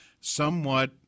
somewhat